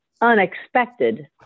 unexpected